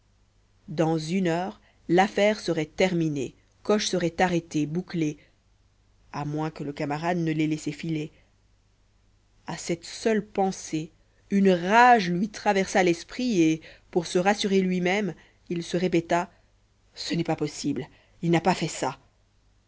dans une heure l'affaire serait terminée coche serait arrêté bouclé à moins que le camarade ne l'ait laissé filer à cette seule pensée une rage lui traversa l'esprit et pour se rassurer luimême il se répéta ce n'est pas possible il n'a pas fait ça